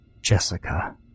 Jessica